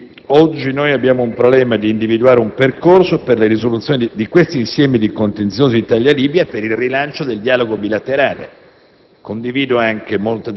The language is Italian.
operando. Oggi abbiamo il problema di individuare un percorso per la risoluzione di questo insieme di contenziosi Italia-Libia e per il rilancio del dialogo bilaterale.